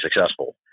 successful